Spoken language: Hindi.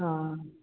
हाँ